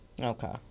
Okay